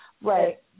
Right